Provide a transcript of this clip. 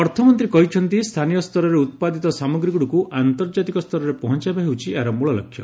ଅର୍ଥମନ୍ତ୍ରୀ କହିଛନ୍ତି ସ୍ଥାନୀୟ ସ୍ତରରେ ଉତ୍ପାଦିତ ସାମଗ୍ରୀଗୁଡ଼ିକୁ ଆନ୍ତର୍ଜାତିକ ସ୍ତରରେ ପହଞ୍ଚାଇବା ହେଉଛି ଏହାର ମୂଳ ଲକ୍ଷ୍ୟ